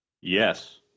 Yes